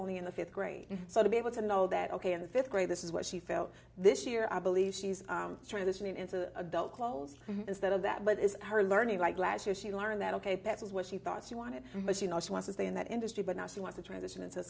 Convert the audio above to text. only in the fifth grade so to be able to know that ok in the fifth grade this is what she felt this year i believe she's transitioning into a dull close instead of that but is her learning like last year she learned that ok that was what she thought she wanted but you know she wants to stay in that industry but now she wants to transition into